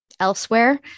elsewhere